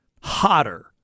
hotter